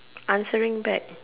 answering back